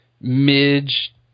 midge